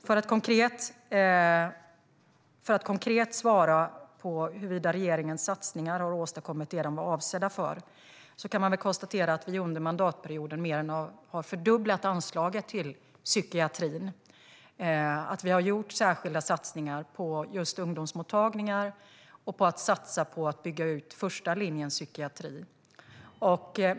När det gäller att konkret svara på huruvida regeringens satsningar har åstadkommit det de var avsedda för kan man väl konstatera att vi under mandatperioden har mer än fördubblat anslaget till psykiatrin. Vi har gjort särskilda satsningar på just ungdomsmottagningar och på att bygga ut första linjens psykiatri.